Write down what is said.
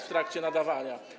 w trakcie nadawania.